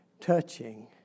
touching